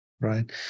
right